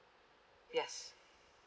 yes